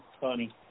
funny